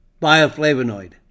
bioflavonoid